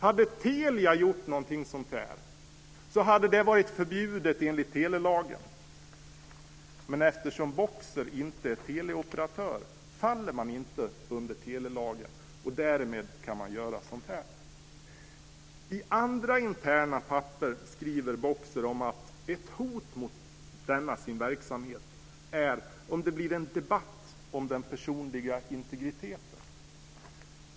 Hade Telia gjort något sådant hade det varit förbjudet enligt telelagen, men eftersom Boxer inte är teleoperatör faller man inte under telelagen, och därmed kan man göra sådant här. I andra interna papper skriver Boxer om att det är ett hot mot denna verksamhet om det blir en debatt om den personliga integriteten.